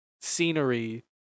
scenery